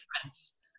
friends